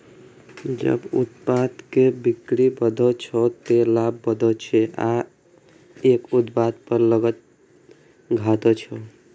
जब उत्पाद के बिक्री बढ़ै छै, ते लाभ बढ़ै छै आ एक उत्पाद पर लागत घटै छै